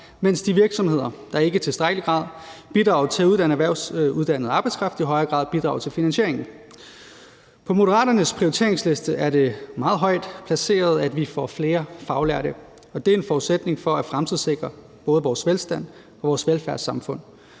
mens de virksomheder, der ikke i tilstrækkelig grad bidrager til at uddanne erhvervsuddannet arbejdskraft, i højere grad bidrager til finansieringen. På Moderaternes prioriteringsliste er det meget højt placeret, at vi får flere faglærte, og det er en forudsætning for at fremtidssikre både vores velstand og vores velfærdssamfund.